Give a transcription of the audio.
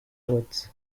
woods